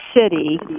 City